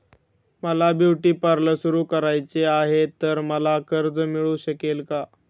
मला beauty parlour सुरू करायचे आहे तर मला कर्ज मिळू शकेल का?